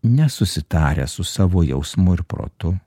nesusitarę su savo jausmu ir protu